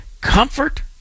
comfort